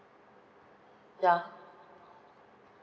ya